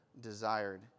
desired